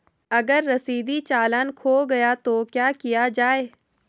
अगर रसीदी चालान खो गया तो क्या किया जाए?